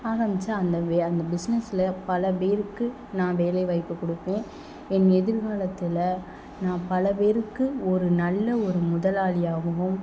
ஆரம்பித்து அந்த அந்த பிஸ்னஸில் பல பேர்க்கு நான் வேலை வாய்ப்பு கொடுப்பேன் என் எதிர்காலத்தில் நான் பல பேருக்கு ஒரு நல்ல ஒரு முதலாளியாகவும்